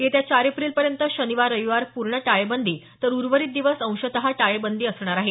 येत्या चार एप्रिलपर्यंत शनिवार रविवार पूर्ण टाळेबंदी तर उर्वरित दिवस अंशतः टाळेबंदी असणार आहे